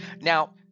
Now